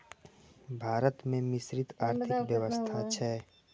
भारत मे मिश्रित आर्थिक व्यवस्था छै